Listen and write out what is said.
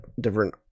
different